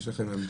אם יש לכם עמדה,